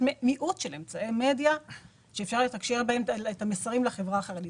יש מיעוט אמצעי מדיה שאפשר לתקשר את המסרים לחברה החרדית.